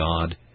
God